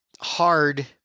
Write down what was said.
hard